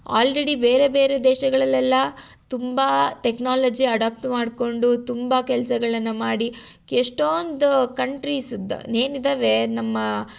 already ಬೇರೆ ಬೇರೆ ದೇಶಗಳೆಲ್ಲೆಲ್ಲಾ ತುಂಬ ಟೆಕ್ನಾಲಜಿ ಅಡಾಪ್ಟ್ ಮಾಡಿಕೊಂಡು ತುಂಬ ಕೆಲ್ಸಗಳನ್ನು ಮಾಡಿ ಎಷ್ಟೋಂದು ಕಂಟ್ರಿಸದ್ದು ಏನಿದಾವೆ ನಮ್ಮ